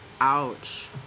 Ouch